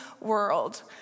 world